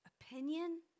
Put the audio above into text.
opinion